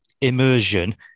immersion